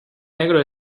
negro